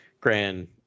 Grand